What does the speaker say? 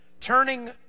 turning